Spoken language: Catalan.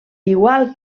igual